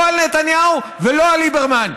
לא על נתניהו ולא על ליברמן,